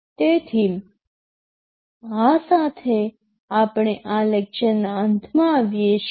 તેથી આ સાથે આપણે આ લેક્ચરના અંતમાં આવીએ છીએ